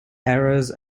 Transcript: errors